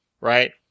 right